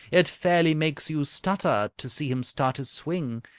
it fairly makes you stutter to see him start his swing!